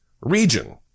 region